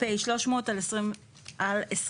פ/300/24.